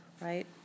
right